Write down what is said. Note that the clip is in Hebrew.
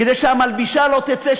כדי שהמלבישה לא תצא,